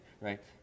right